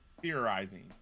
theorizing